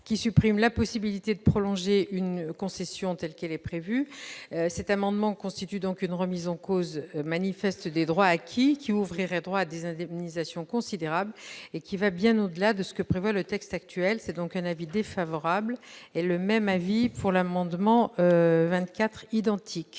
de droit, et la possibilité de prolonger une concession telle qu'elle est prévue. Cet amendement constitue donc une remise en cause manifeste des droits acquis, qui ouvrirait droit à des indemnisations considérables. Il va bien au-delà de ce que prévoit le texte actuel. La commission émet un avis défavorable, ainsi que sur l'amendement n° 29 rectifié.